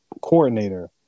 coordinator